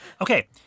Okay